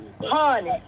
Honey